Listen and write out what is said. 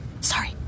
sorry